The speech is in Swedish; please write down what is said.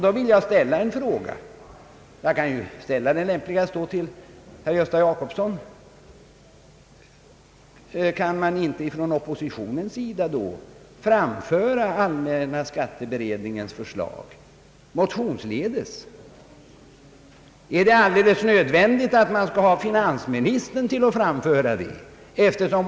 Då vill jag ställa en fråga, lämpligast då till herr Gösta Jacobsson: Kan inte oppositionen framföra allmänna skatteberedningens förslag motionsledes? Är det alldeles nödvändigt att man skall ha finansministern till att framföra det?